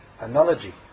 analogy